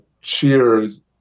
cheers